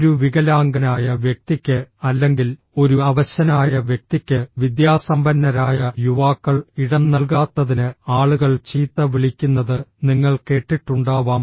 ഒരു വികലാംഗനായ വ്യക്തിക്ക് അല്ലെങ്കിൽ ഒരു അവശനായ വ്യക്തിക്ക് വിദ്യാസമ്പന്നരായ യുവാക്കൾ ഇടം നൽകാത്തതിന് ആളുകൾ ചീത്ത വിളിക്കുന്നത് നിങ്ങൾ കേട്ടിട്ടുണ്ടാവാം